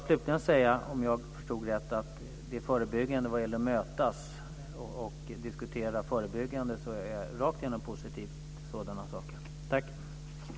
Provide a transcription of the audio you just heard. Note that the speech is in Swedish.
Slutligen vill jag säga att jag, när det gäller att mötas och diskutera förebyggande, är rakt igenom positiv till sådana saker. Tack!